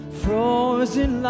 frozen